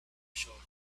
showed